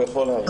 הוא יכול לערער.